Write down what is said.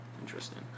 Interesting